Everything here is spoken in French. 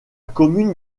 commune